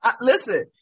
Listen